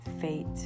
fate